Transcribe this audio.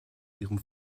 ihrem